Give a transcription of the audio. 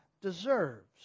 deserves